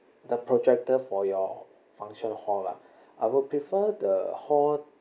the projector for your function hall lah I will prefer the hall